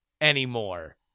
anymore